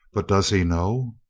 but, does he know?